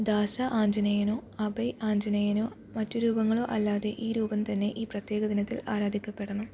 ദാസ ആഞ്ജനേയനോ അഭയ് ആഞ്ജനേയനോ മറ്റു രൂപങ്ങളോ അല്ലാതെ ഈ രൂപം തന്നെ ഈ പ്രത്യേക ദിനത്തിൽ ആരാധിക്കപ്പെടണം